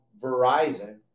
Verizon